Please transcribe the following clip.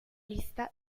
lista